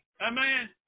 Amen